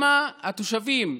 התושבים טוענים,